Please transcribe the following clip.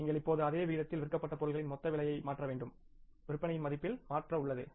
நீங்கள் இப்போதுஅதே விகிதத்தில் விற்கப்பட்ட பொருட்களின் மொத்த விலையை மாற்ற வேண்டும்விற்பனையின் மதிப்பில் மாற்றம் உள்ளது